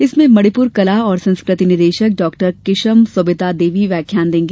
इसमें मणिपुर कला और संस्कृति निदेशक डॉक्टर किशम सोविता देवी व्याख्यान देगी